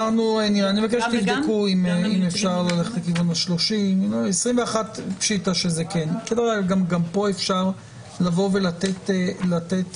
אני מבקש שתבדקו אם אפשר 30. גם פה אפשר לבוא ולתת